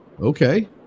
Okay